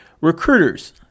Recruiters